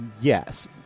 Yes